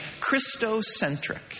Christocentric